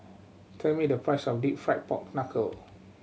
tell me the price of Deep Fried Pork Knuckle